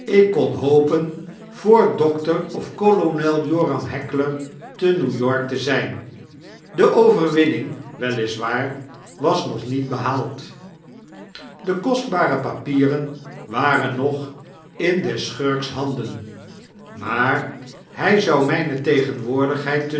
ik kon hopen voor dokter of kolonel joram heckler te n e w y o r k te zyn de overwinning wel is waar was nog niet behaald de kostbare papieren waren nog in des schurks handen maar hy zou myne tegenwoordigheid te